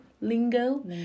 lingo